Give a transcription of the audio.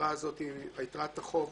יתרת החוב